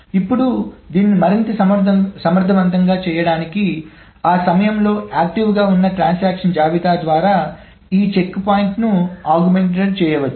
ఇప్పుడు దీనిని మరింత సమర్థవంతంగా చేయడానికి ఆ సమయంలో యాక్టివ్గా ఉండే ట్రాన్సాక్షన్స్ జాబితా ద్వారా ఈ చెక్పాయింట్ని పెంచవచ్చు